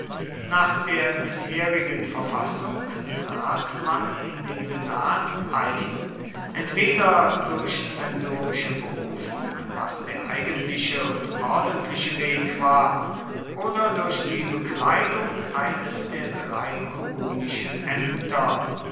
nach der bisherigen verfassung trat man in den senat ein entweder durch zensorische berufung was der eigentliche und ordentliche weg war oder durch die bekleidung eines der drei kurulischen ämter